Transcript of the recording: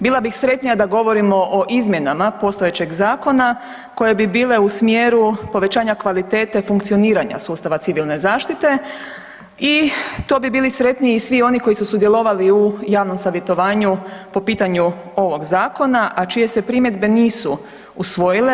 Bila bih sretnija da govorimo o izmjenama postojećeg zakona koje bi bile u smjeru povećanja kvalitete funkcioniranja sustava civilne zaštite i to bi bili sretniji svi oni koji su sudjelovali u javnom savjetovanju po pitanju ovoga zakona, a čije se primjedbe nisu usvojile.